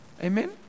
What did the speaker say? Amen